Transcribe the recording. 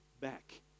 back